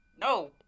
No